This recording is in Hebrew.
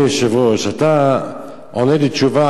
שאלה נוספת.